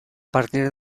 partir